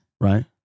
right